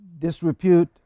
Disrepute